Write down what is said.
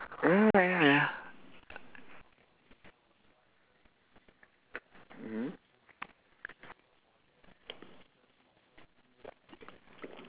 eh ya ya ya